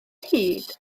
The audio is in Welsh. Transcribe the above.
hud